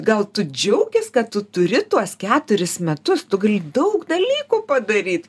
gal tu džiaukis kad tu turi tuos keturis metus tu daug dalykų padaryt